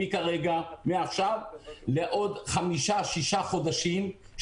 מעכשיו לעוד חמישה-שישה חודשים,